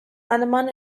andaman